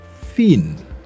thin